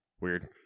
Weird